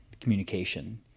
communication